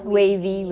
oh